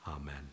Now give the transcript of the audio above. Amen